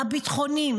הביטחוניים,